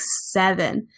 seven